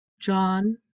John